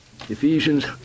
Ephesians